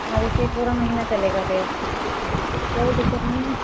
अभी से पूरा महीना चलेगी डेट कोई दिक़्क़त नहीं